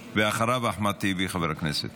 אחריו, חבר הכנסת